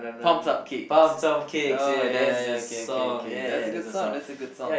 Pumped Up Kicks oh ya ya ya okay okay okay that's a good song that's a good song